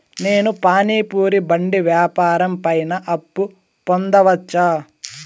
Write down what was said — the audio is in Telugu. నేను పానీ పూరి బండి వ్యాపారం పైన అప్పు పొందవచ్చా?